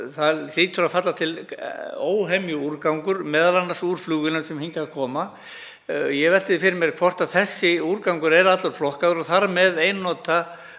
Það hlýtur að falla til óhemju úrgangur, m.a. úr flugvélum sem hingað koma. Ég velti fyrir mér hvort þessi úrgangur sé allur flokkaður, og þar með einnota